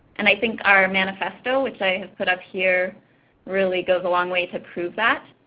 and i think our manifesto which i put up here really goes a long way to prove that.